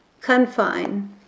confine